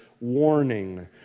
warning